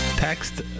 Text